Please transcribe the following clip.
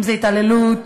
התעללות